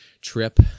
trip